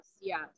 yes